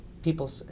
people